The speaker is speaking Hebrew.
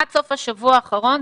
עד סוף השבוע האחרון,